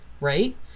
right